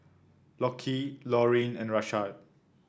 Lockie Laurine and Rashad